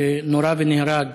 שנורה ונהרג